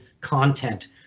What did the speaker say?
content